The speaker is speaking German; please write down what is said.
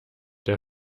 der